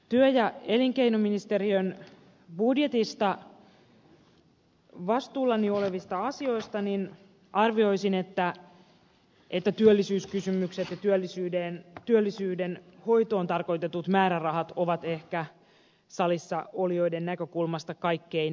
työ ja elinkeinoministeriön budjetista vastuullani olevista asioista arvioisin että työllisyyskysymykset ja työllisyyden hoitoon tarkoitetut määrärahat ovat ehkä salissa olijoiden näkökulmasta kaikkein mielenkiintoisimmat